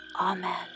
Amen